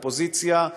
אופוזיציה.